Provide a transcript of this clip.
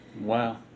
Wow